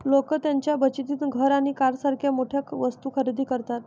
लोक त्यांच्या बचतीतून घर आणि कारसारख्या मोठ्या वस्तू खरेदी करतात